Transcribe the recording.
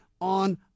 on